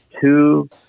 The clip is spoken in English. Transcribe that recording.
two